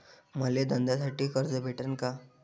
मले धंद्यासाठी कर्ज भेटन का?